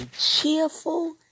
cheerful